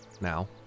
now